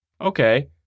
Okay